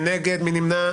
אין נגד, מי נמנע?